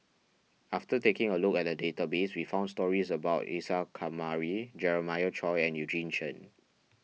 after taking a look at the database we found stories about Isa Kamari Jeremiah Choy and Eugene Chen